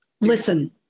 listen